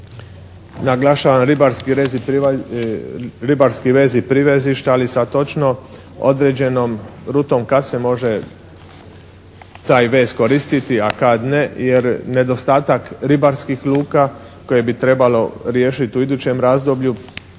Naglašavam ribarski vez i privezišta, ali sa točno određenom rutom kad se može taj vez koristiti, a kad ne. Jer nedostatak ribarskih luka koje bi trebalo riješiti u idućem razdoblju